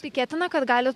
tikėtina kad gali